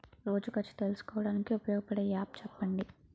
రోజు ఖర్చు తెలుసుకోవడానికి ఉపయోగపడే యాప్ చెప్పండీ?